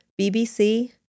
BBC